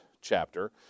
chapter